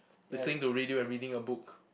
listening to radio and reading a book